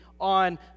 on